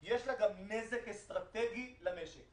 -- יש לה גם נזק אסטרטגי למשק.